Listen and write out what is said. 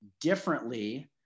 differently